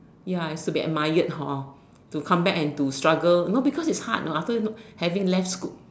ya it's to get admired hor to come back and to struggle no because it's hard know after no having less